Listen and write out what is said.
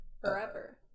Forever